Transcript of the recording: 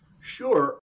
Sure